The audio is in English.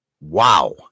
Wow